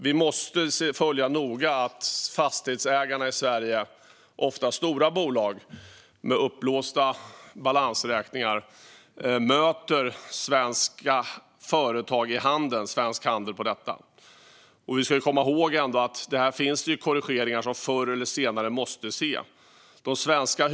Vi måste noga följa att fastighetsägarna i Sverige, ofta stora bolag med uppblåsta balansräkningar, möter svenska företag i svensk handel när det gäller detta. Vi ska komma ihåg att vi förr eller senare måste se korrigeringar här.